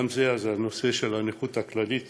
גם זה, הנושא של הנכות הכללית